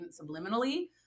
subliminally